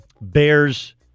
Bears